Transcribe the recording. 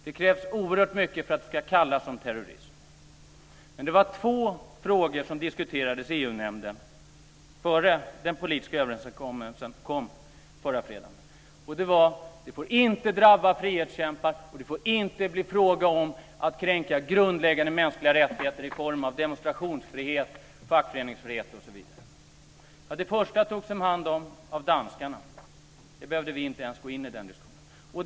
Det krävs oerhört mycket för att det ska kallas terrorism. Det var två frågor som diskuterades i EU nämnden innan den politiska överenskommelsen kom förra fredagen. Det var att det inte får drabba frihetskämpar och inte bli fråga om att kränka grundläggande mänskliga rättigheter i form av demonstrationsfrihet, fackföreningsfrihet osv. Det första togs om hand av danskarna - vi behövde inte ens gå in i den diskussionen.